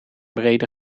brede